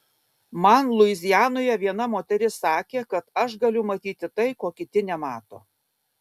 man luizianoje viena moteris sakė kad aš galiu matyti tai ko kiti nemato